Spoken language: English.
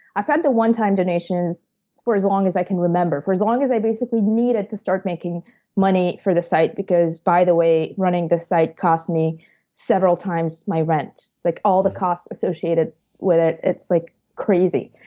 i've had the one-time donations for as long as i can remember. as long as i, basically, needed to start making money for the site because, by the way, running the site cost me several times my rent. like all the cost associated with it, it's like crazy.